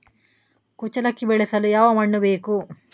ಕುಚ್ಚಲಕ್ಕಿ ಬೆಳೆಸಲು ಯಾವ ಮಣ್ಣು ಬೇಕು?